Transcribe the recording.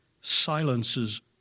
silences